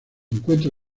encuentra